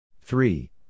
Three